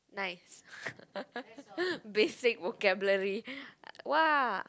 nice basic vocabulary !wah!